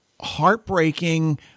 heartbreaking